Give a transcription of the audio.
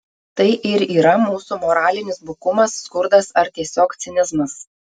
tai ir yra mūsų moralinis bukumas skurdas ar tiesiog cinizmas